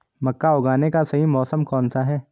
मक्का उगाने का सही मौसम कौनसा है?